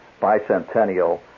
bicentennial